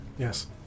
Yes